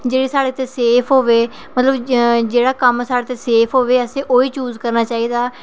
जेह्ड़ी साढ़े तै सेफ होऐ जह्ड़ा कम्म मतलब कि साढ़े तै सेफ होऐ असें ओही कम्म करना चाहिदा